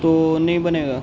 تو نہیں بنے گا